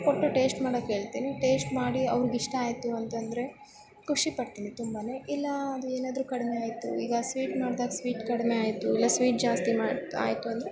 ಕೊಟ್ಟು ಟೇಸ್ಟ್ ಮಾಡೋಕ್ಕೆ ಹೇಳ್ತೀನಿ ಟೇಸ್ಟ್ ಮಾಡಿ ಅವ್ರಿಗೆ ಇಷ್ಟ ಆಯಿತು ಅಂತ ಅಂದರೆ ಖುಷಿ ಪಡ್ತೀನಿ ತುಂಬಾ ಇಲ್ಲ ಅದು ಏನಾದರೂ ಕಡಿಮೆ ಆಯಿತು ಈಗ ಸ್ವೀಟ್ ನೋಡ್ದಾಗ ಸ್ವೀಟ್ ಕಡಿಮೆ ಆಯಿತು ಇಲ್ಲ ಸ್ವೀಟ್ ಜಾಸ್ತಿ ಮಾ ಆಯಿತು ಅಂದರೆ